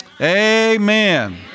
Amen